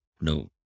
no